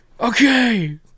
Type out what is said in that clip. Okay